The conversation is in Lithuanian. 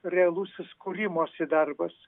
realusis kūrimosi darbas